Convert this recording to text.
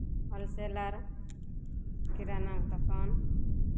होल seller किरानाके दोकान